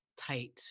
tight